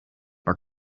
our